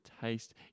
taste